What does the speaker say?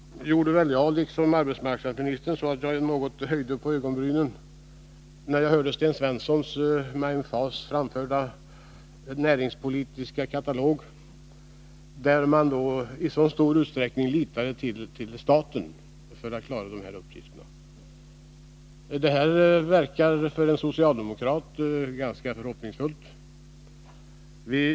Liksom arbetsmarknadsministern höjde jag något på ögonbrynen när Sten Svensson med emfas talade om sin näringspolitiska katalog, där han i så stor utsträckning litade till staten när det gäller att klara dessa uppgifter. Detta verkar för en socialdemokrat ganska förhoppningsfullt.